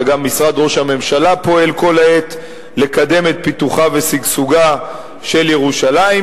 וגם משרד ראש הממשלה פועל כל העת לקדם את פיתוחה ושגשוגה של ירושלים,